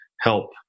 help